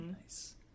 nice